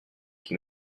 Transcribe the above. qui